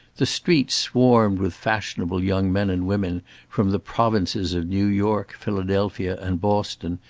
the streets swarmed with fashionable young men and women from the provinces of new york, philadelphia, and boston,